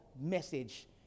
message